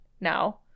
now